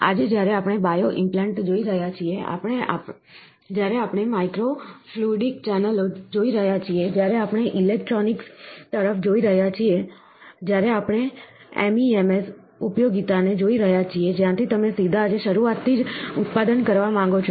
આજે જ્યારે આપણે બાયો ઇમ્પ્લાન્ટ જોઈ રહ્યા છીએ જ્યારે આપણે માઈક્રો ફ્લુઇડિક ચેનલો જોઈ રહ્યા છીએ જ્યારે આપણે ઈલેક્ટ્રોનિક્સ તરફ જોઈ રહ્યા છીએ જ્યારે આપણે MEMS ઉપયોગિતાને જોઈ રહ્યા છીએ જ્યાંથી તમે સીધા જ શરૂઆતથી જ ઉત્પાદન કરવા માંગો છો